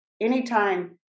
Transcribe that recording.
anytime